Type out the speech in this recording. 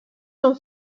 són